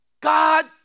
God